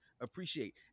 appreciate